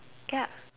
ya